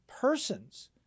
persons